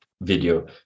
video